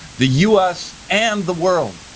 the us, and the world.